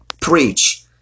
Preach